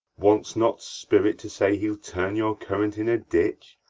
wants not spirit to say he'll turn your current in a ditch,